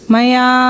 Maya